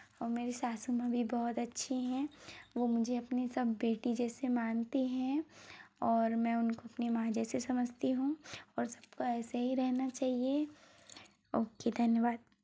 और मेरी सासु माँ भी बहुत अच्छी हैं वो मुझे अपनी सब बेटी जैसे मानती हैं और मैं उनको अपनी माँ जैसी समझता हूँ और सबको ऐसे ही रहना चाहिए ओके धन्यवाद